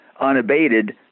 unabated